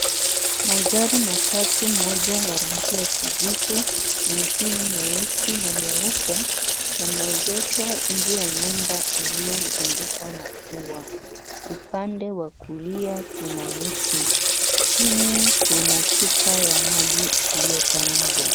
Magari matatu, moja ya rangi ya kijivu, nyingine nyeusi na nyeupe, yameegeshwa nje ya nyumba iliyozungukwa na ua. Upande wa kulia kuna miti. Chini kuna chupa ya maji iliyokanyagwa.